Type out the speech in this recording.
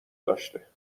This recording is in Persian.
داشته